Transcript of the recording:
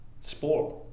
sport